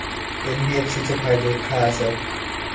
NBFC चे फायदे खाय आसत?